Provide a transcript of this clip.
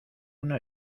una